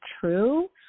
true